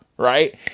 Right